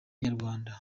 inyarwanda